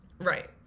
Right